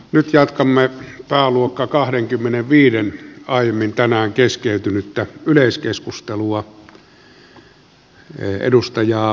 nyt jatkamme pääluokan aiemmin tänään keskeytynyttä yleiskeskustelua